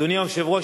אדוני היושב-ראש,